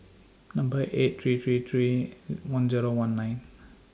Number eight three three three one Zero one nine